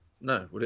no